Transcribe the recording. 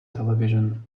television